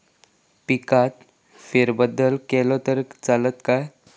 पिकात फेरबदल केलो तर चालत काय?